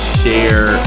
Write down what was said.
share